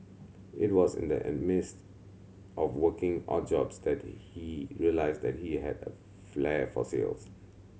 it was in the an midst of working odd jobs that he realised that he had a flair for sales